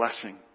blessing